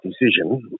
decision